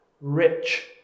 rich